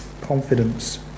Confidence